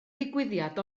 ddigwyddiad